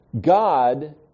God